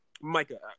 Micah